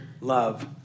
love